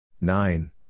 Nine